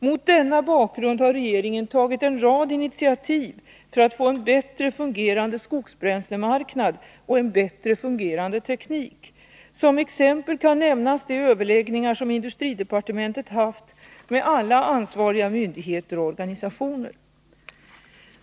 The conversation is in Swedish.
Mot denna bakgrund har regeringen tagit en rad initiativ för att få en bättre fungerande skogsbränslemarknad och en bättre fungerande teknik. Som exempel kan nämnas de överläggningar som industridepartementet haft med alla ansvariga myndigheter och organisationer.